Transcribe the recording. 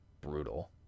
brutal